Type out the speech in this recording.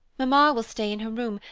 mamma will stay in her room,